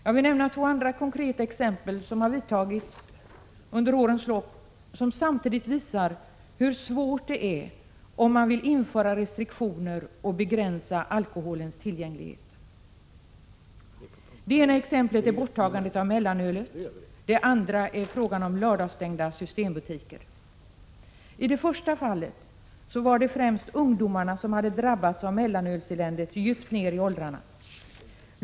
Jag vill nämna två andra konkreta exempel på åtgärder som har vidtagits under årens lopp och som visar hur svårt det är om man vill införa restriktioner och begränsa alkoholens tillgänglighet. Det ena exemplet är borttagandet av mellanölet. Det andra är frågan om lördagsstängda systembutiker. I det första fallet var det främst ungdomarna som djupt ner i åldrarna hade drabbats av mellanölseländet.